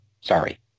Sorry